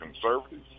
conservatives